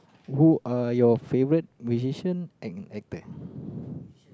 who are your favourite musician and actor